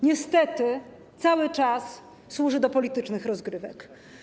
Niestety, cały czas służy do politycznych rozgrywek.